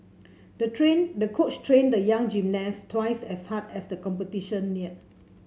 the train the coach trained the young gymnast twice as hard as the competition neared